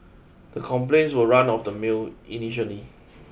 the complaints were run of the mill initially